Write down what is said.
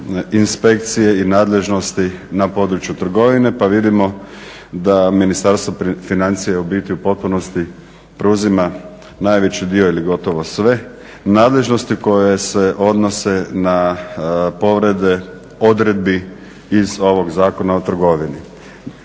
inspekcije i nadležnosti na području trgovine pa vidimo da je Ministarstvo financija u biti u potpunosti preuzima najveći dio ili gotovo sve. Nadležnosti koje se odnose na povrede odredbi iz ovog Zakona o trgovini.